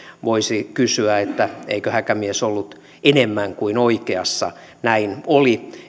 voisi kysyä eikö häkämies ollut enemmän kuin oikeassa näin oli